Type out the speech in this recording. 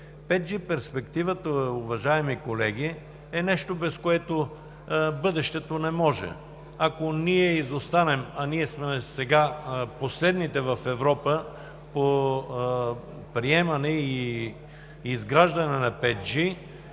5G перспективата, уважаеми колеги, е нещо, без което бъдещето не може. Ако ние изостанем, а ние сега сме последните в Европа по приемане и изграждане на 5G,